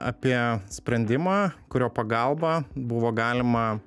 apie sprendimą kurio pagalba buvo galima